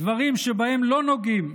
דברים שבהם לא נוגעים".